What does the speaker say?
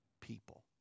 people